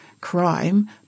crime